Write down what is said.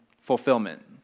fulfillment